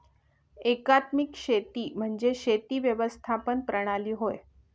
एकात्मिक शेती म्हणजे शेती व्यवस्थापन प्रणाली होय